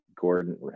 Gordon